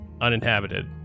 uninhabited